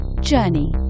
journey